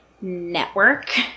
Network